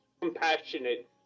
compassionate